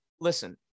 listen